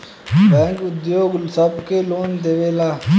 bank उद्योग सब के लोन देवेला